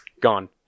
gone